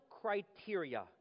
criteria